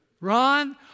Ron